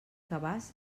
cabàs